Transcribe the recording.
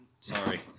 Sorry